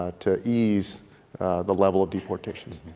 ah to ease the level of deportations.